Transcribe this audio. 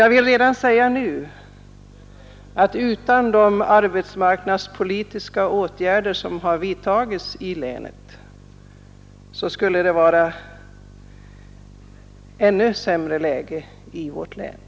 Jag vill också redan nu säga, att utan de arbetsmarknadspolitiska åtgärder som vidtagits i länet skulle läget där ha varit ännu sämre än det är nu.